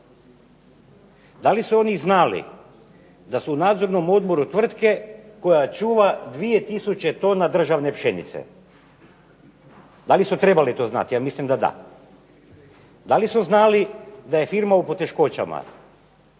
Da li su oni znali da su u nadzornom odboru tvrtke koja čuva 2000 tona državne pšenice. Da li su trebali to znati? Ja mislim da da. Da li su znali da je firma u poteškoćama?